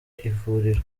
ivuriro